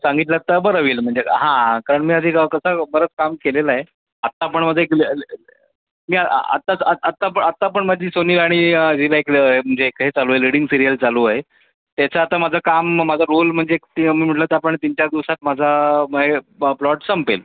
सांगितलात तर बरं होईल म्हणजे हां कारण मी आधी करिता बरंच काम केलेलं आहे आत्ता पण मध्ये एक ले ले मी आ आत्ताच आ आत्ता पण आत्ता पण माझी सोनी आणि झीला एक ल् हे म्हणजे एक हे चालू आहे लीडिंग सीरियल चालू आहे त्याचं आता माझं काम म् माझा रोल म्हणजे एक ते मी म्हटलं त्याप्रमाणे तीनचार दिवसांत माझा मग हे प्लॉट संपेल